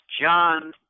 John